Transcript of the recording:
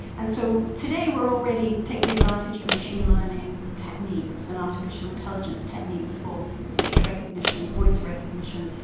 and so today we are already taking advantage of machine learning techniques and artificial intelligence techniques for speech recognition, voice recognition,